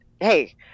Hey